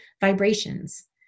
vibrations